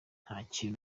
ntakintu